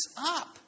up